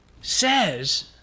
says